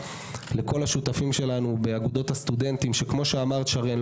לכל השותפים שלנו באגודות הסטודנטים שכמו שאמרת שרן,